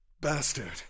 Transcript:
Bastard